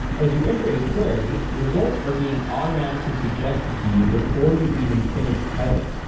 as you enter a query, results are being automatically suggested to you before you even finish typing.